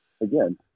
again